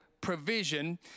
provision